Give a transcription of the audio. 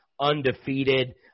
undefeated